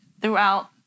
throughout